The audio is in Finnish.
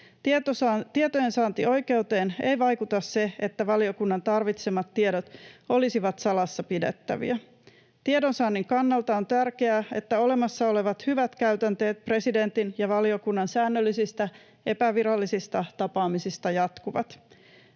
Tietojensaantioikeuteen ei vaikuta se, että valiokunnan tarvitsemat tiedot olisivat salassa pidettäviä. Tiedonsaannin kannalta on tärkeää, että olemassa olevat hyvät käytänteet presidentin ja valiokunnan säännöllisistä epävirallisista tapaamisista jatkuvat.